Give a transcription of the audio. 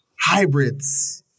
hybrids